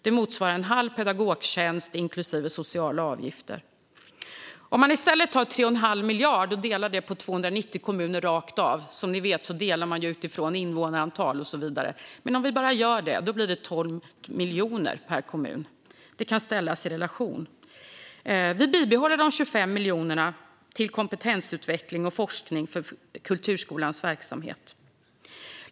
Det motsvarar en halv pedagogtjänst inklusive sociala avgifter. Om man i stället tar 3 1⁄2 miljard och delar det rakt av på 290 kommuner - som ni vet delar man ju efter invånarantal och så vidare - blir det 12 miljoner per kommun. Detta kan man ställa i relation till den tidigare siffran. Vi bibehåller de 25 miljonerna till kompetensutveckling och forskning för kulturskolornas verksamhet.